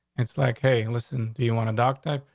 it's like, hey, listen, do you want a doctor?